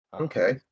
Okay